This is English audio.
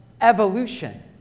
evolution